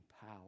power